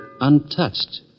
untouched